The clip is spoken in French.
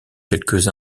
quelques